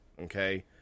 okay